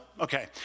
Okay